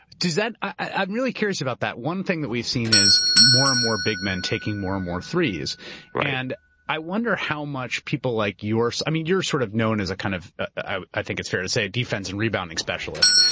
does that, i'm really curious about that. one thing that we've seen is more and more big men taking more and more threes and i wonder how much people like yours, i mean you're sort of known as a kind of, ah i think it's fair to say defense and rebounding specialist,